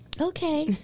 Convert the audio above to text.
Okay